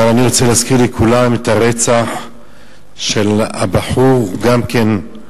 אבל אני רוצה להזכיר לכולם את הרצח של הבחור ליברמן,